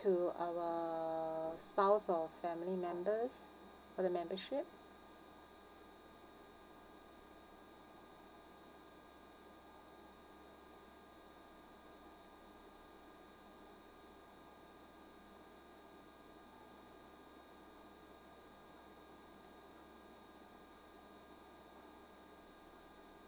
to our spouse or family members for the membership